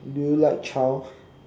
do you like child